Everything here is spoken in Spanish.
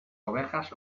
ovejas